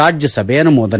ರಾಜ್ಯಸಭೆ ಅನುಮೋದನೆ